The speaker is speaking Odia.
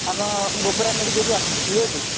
ଆପଣ ଗୋବରା ମେଡ଼ିକାଲ କୁ ଆସିବେ ଠିକ ଅଛି